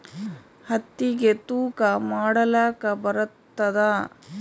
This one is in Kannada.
ಹತ್ತಿಗಿ ತೂಕಾ ಮಾಡಲಾಕ ಬರತ್ತಾದಾ?